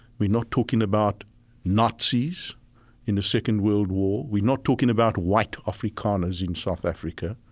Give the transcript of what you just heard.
we're not talking about nazis in the second world war. we're not talking about white afrikaners in south africa.